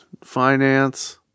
Finance